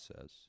says